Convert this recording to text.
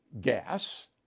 gas